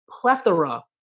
plethora